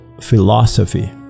philosophy